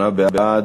שמונה בעד,